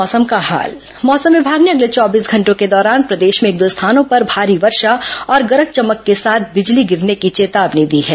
मौसम मौसम विभाग ने अगले चौबीस घंटों के दौरान प्रदेश में एक दो स्थानों पर भारी वर्षा और गरज चमक के साथ बिजली गिरने की चेतावनी दी है